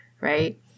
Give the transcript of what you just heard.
right